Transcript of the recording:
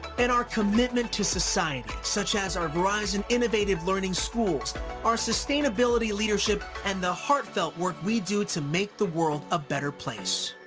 and our commitment to society such as our verizon innovative learning schools our sustainability leadership and the heartfelt work we do to make the world a better place.